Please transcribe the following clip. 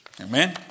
Amen